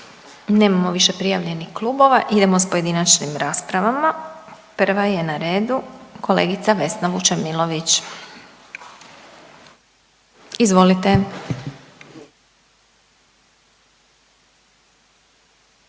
Nemamo više prijavljenih klubova, idemo s pojedinačnim raspravama. Prva je na redu kolegica Vesna Vučemilović. Izvolite.